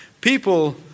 people